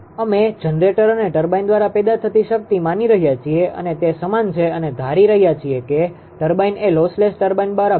અમે જનરેટર અને ટર્બાઇન દ્વારા પેદા થતી શક્તિ માની રહ્યા છીએ અને તે સમાન છે અને ધારી રહ્યા છીએ કે ટર્બાઇન એ લોસલેસ ટર્બાઇન બરાબર છે